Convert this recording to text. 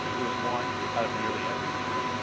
it was one out of nearly every three.